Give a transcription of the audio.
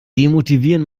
demotivieren